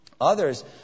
Others